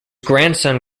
grandson